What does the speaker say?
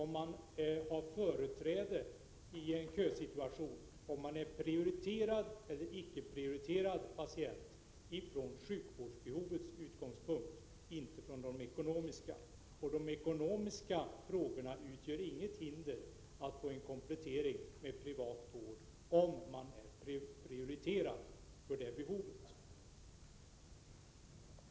Man har företräde i en kösituation, man är prioriterad eller icke-prioriterad patient med utgångspunkt från sjukvårdsbehovet och inte av ekonomiska skäl. Ekonomin utgör inget hinder att få en komplettering med privatvård om man är prioriterad för det behovet.